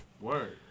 Word